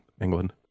England